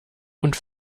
und